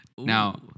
Now